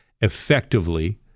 effectively